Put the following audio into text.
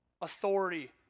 Authority